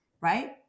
right